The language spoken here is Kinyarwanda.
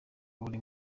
uri